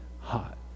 hot